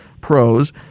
pros